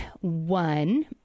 one